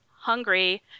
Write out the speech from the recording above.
hungry